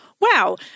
wow